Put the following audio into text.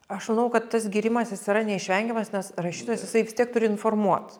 aš manau kad tas gyrimasis yra neišvengiamas nes rašytojas jisai vis tiek turi informuot